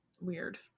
Weird